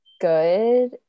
good